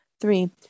Three